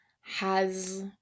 has-